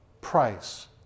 price